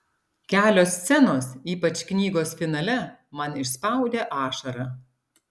kelios scenos ypač knygos finale man išspaudė ašarą